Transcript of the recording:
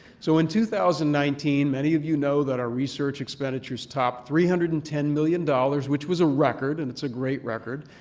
so in two thousand and nineteen, many of you know that our research expenditures topped three hundred and ten million dollars, which was a record and it's a great record.